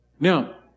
Now